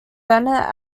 bennett